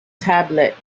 tablet